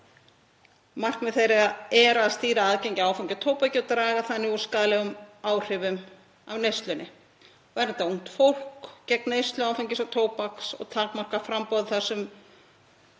Markmið þeirra er að stýra aðgengi að áfengi og tóbaki og draga þannig úr skaðlegum áhrifum af neyslunni, vernda ungt fólk gegn neyslu áfengis og tóbaks og takmarka framboð á þessum